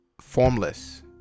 formless